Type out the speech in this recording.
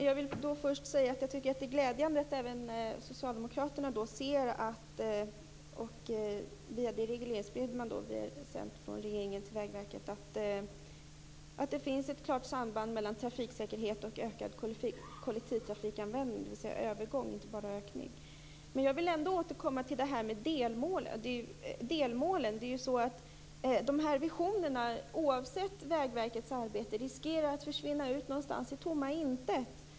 Fru talman! Först vill jag säga att jag tycker att det är glädjande att socialdemokraterna via det regleringsbrev som man sänt till Vägverket ser att det finns ett klart samband mellan trafiksäkerhet och ökad övergång till kollektivtrafikanvändning. Jag vill återkomma till detta med delmålen. Oavsett Vägverkets arbete riskerar visionerna att försvinna ut någonstans i tomma intet.